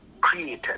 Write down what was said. created